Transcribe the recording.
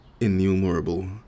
innumerable